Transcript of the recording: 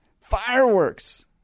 fireworks